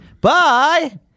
Bye